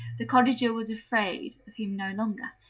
the cottager was afraid of him no longer,